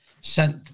sent